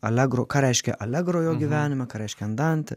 alegro ką reiškia alegro jo gyvenime ką reiškia andante